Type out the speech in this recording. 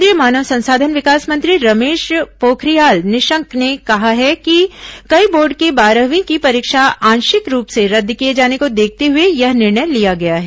केंद्रीय मानव संसाधन विकास मंत्री रमेश पोखरियाल निशंक ने कहा कि कई बोर्डो की बारहवीं की परीक्षा आंशिक रुप से रद्द किए जाने को देखते हुए यह निर्णय लिया गया है